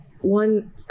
one